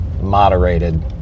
moderated